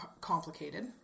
complicated